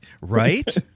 Right